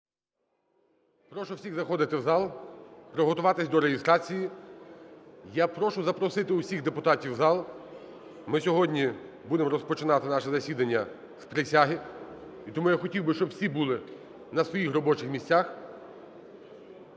Прошу всіх заходити в зал, приготуватись до реєстрації. Я прошу запросити всіх депутатів в зал. Ми сьогодні будемо розпочинати наше засідання з присяги. І тому я хотів би, щоб всі були на своїх робочих місцях